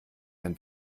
dein